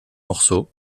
morceaux